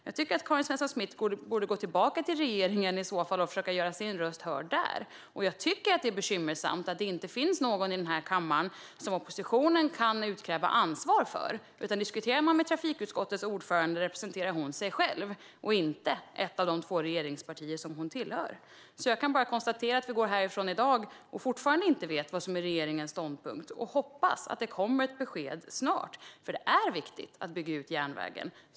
Jag tycker att Karin Svensson Smith borde gå tillbaka till regeringen och försöka göra sin röst hörd där. Det är bekymmersamt att det inte finns någon i den här kammaren som oppositionen kan utkräva ansvar av. Diskuterar man med trafikutskottets ordförande representerar hon sig själv och inte det av de två regeringspartierna som hon tillhör. Jag kan bara konstatera att vi går härifrån i dag och fortfarande inte vet vad som är regeringens ståndpunkt och hoppas att det kommer ett besked snart. Det är viktigt att bygga ut järnvägen.